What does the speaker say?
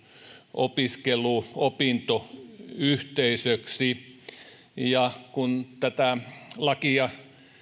opiskelu opintoyhteisöksi kun tätä lakia